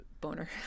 boner